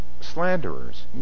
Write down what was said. slanderers